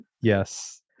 Yes